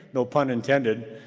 no pun intended.